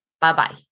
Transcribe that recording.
Bye-bye